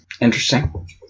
Interesting